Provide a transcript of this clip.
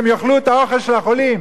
הם יאכלו את האוכל של החולים.